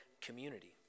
community